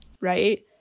right